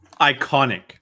Iconic